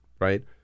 Right